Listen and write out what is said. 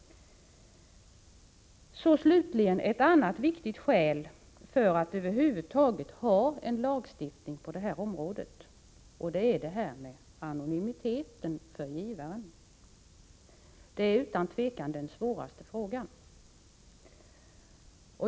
Slutligen vill jag ta upp ett annat viktigt skäl för att över huvud taget ha en lagstiftning på detta område — det gäller anonymiteten för givaren. Det är utan tvivel den svåraste frågan.